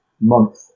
month